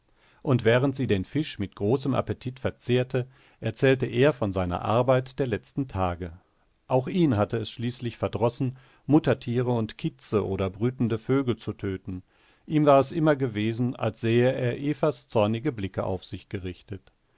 und während sie den fisch mit großem appetit verzehrte erzählte er von seiner arbeit der letzten tage auch ihn hatte es schließlich verdrossen muttertiere und kitze oder brütende vögel zu töten ihm war es immer gewesen als sähe er evas zornige blicke auf sich gerichtet